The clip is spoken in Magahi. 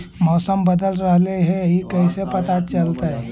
मौसम बदल रहले हे इ कैसे पता चलतै?